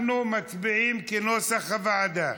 אנחנו מצביעים כנוסח הוועדה.